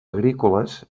agrícoles